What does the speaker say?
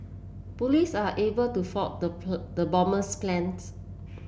police are able to foil the the bomber's plans